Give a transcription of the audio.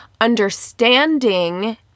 understanding